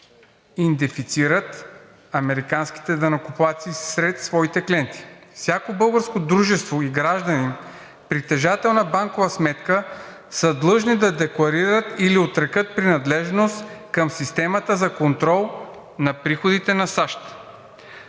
идентифицират американските данъкоплатци сред своите клиенти. Всяко българско дружество и гражданин, притежател на банкова сметка, са длъжни да декларират или отрекат принадлежност към системата за контрол на приходите на САЩ.